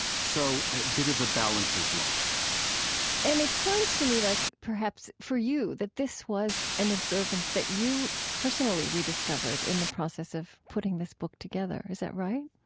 so a bit of a balance is lost and it sounds to me like, perhaps for you, that this was an observance that you personally rediscovered in the process of putting this book together. is that right?